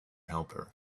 helper